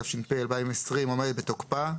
התש"ף-2020 עומדת בתוקפה,